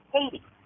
Katie